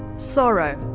sorrow.